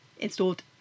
installed